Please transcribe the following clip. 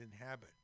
inhabit